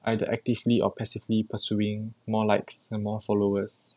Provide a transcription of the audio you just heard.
either actively or passively pursuing more likes and more followers